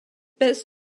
best